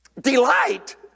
delight